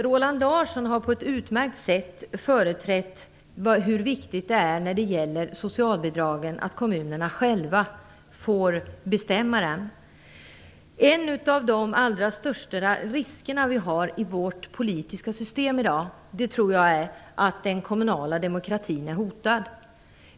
Roland Larsson har på ett utmärkt sätt understrukit hur viktigt det är att kommunerna själva får bestämma över socialbidragen. Jag tror att en av de allra största riskerna i det politiska system som vi har i dag är att den kommunala demokratin är hotad.